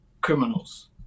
criminals